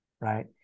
right